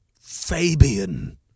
Fabian